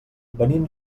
venim